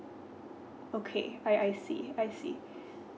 okay I I see I see